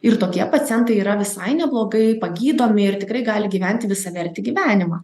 ir tokie pacientai yra visai neblogai pagydomi ir tikrai gali gyventi visavertį gyvenimą